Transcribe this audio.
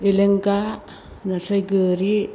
एलेंगा नास्राय गोरि